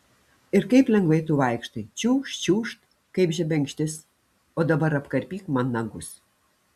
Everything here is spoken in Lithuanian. ir kaip lengvai tu vaikštai čiūžt čiūžt kaip žebenkštis o dabar apkarpyk man nagus